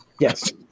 Yes